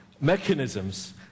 mechanisms